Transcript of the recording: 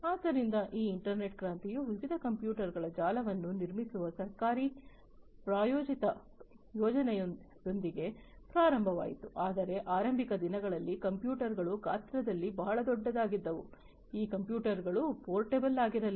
ಆದ್ದರಿಂದ ಈ ಇಂಟರ್ನೆಟ್ ಕ್ರಾಂತಿಯು ವಿವಿಧ ಕಂಪ್ಯೂಟರ್ಗಳ ಜಾಲವನ್ನು ನಿರ್ಮಿಸುವ ಸರ್ಕಾರಿ ಪ್ರಾಯೋಜಿತ ಯೋಜನೆಯೊಂದಿಗೆ ಪ್ರಾರಂಭವಾಯಿತು ಆದರೆ ಆರಂಭಿಕ ದಿನಗಳಲ್ಲಿ ಕಂಪ್ಯೂಟರ್ಗಳು ಗಾತ್ರದಲ್ಲಿ ಬಹಳ ದೊಡ್ಡದಾಗಿದ್ದವು ಈ ಕಂಪ್ಯೂಟರ್ಗಳು ಪೋರ್ಟಬಲ್ ಆಗಿರಲಿಲ್ಲ